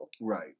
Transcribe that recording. Right